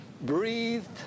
breathed